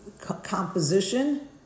composition